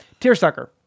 Tearsucker